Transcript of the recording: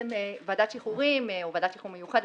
ועדת שחרורים או ועדת שחרור מיוחדת,